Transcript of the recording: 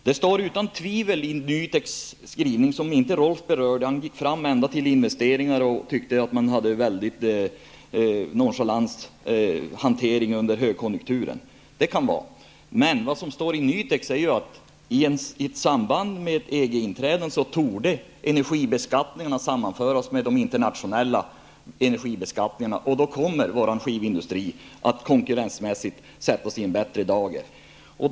Rolf L Nilson berörde inte NUTEKs skrivning, utan han nöjde sig med att tala om investeringar och menade att det förekom en mycket nonchalant hantering av detta under högkonjunkturen, och det kan så vara. I NUTEKs rapport står att energibeskattningarna i samband med Sveriges inträde i EG torde sammanföras med de internationella energibeskattningarna och att vår skivindustri då konkurrensmässigt kommer att hamna i en bättre position.